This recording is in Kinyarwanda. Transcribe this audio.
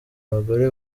abagore